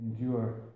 endure